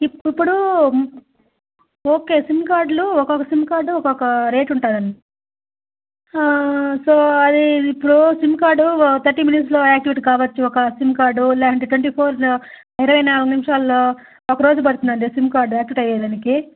ఇప్ ఇప్పుడు okay sim కార్డ్లు ఒక్కొక్క సిమ్ కార్డ్ ఒక్కొక్క రేటు ఉంటుంది అండి సో అది ఇప్పుడు సిమ్ కార్డ్ థర్టీ మినిట్స్లో ఆక్టీవేట్ కావచ్చు ఒక సిమ్ కార్డు లేకుంటే ట్వంటీ ఫోర్ ఇరవై నాలుగు నిమిషాలలో ఒకరోజు పడుతుంది అండి సిమ్ కార్డ్ ఆక్టివేట్ అయ్యేదానికి